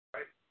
Right